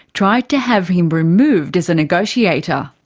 tried to have him removed as a negotiator.